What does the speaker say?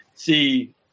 see